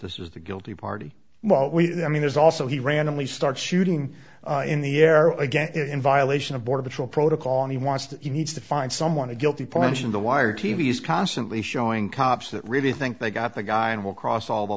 this is the guilty party i mean there's also he randomly start shooting in the air again in violation of border patrol protocol and he wants to he needs to find someone a guilty pleasure in the wire t v s constantly showing cops that really think they got the guy and will cross all the